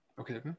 Okay